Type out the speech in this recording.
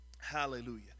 Hallelujah